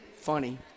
funny